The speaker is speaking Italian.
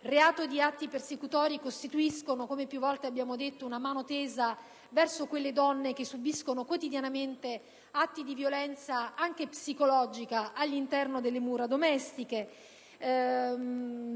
del reato di atti persecutori, costituiscono, come più volte abbiamo detto, una mano tesa verso quelle donne che subiscono quotidianamente atti di violenza anche psicologica all'interno delle mura domestiche.